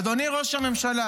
אדוני ראש הממשלה,